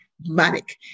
manic